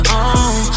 on